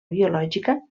biològica